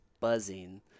buzzing